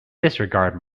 disregard